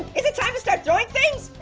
is it time to start throwing things?